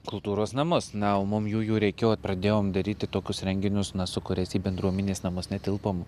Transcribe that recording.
kultūros namus na o mum jų jų reikėjo pradėjom daryti tokius renginius na su kuriais į bendruomenės namus netilpom